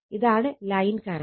ഇതാണ് line current